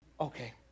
Okay